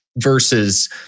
versus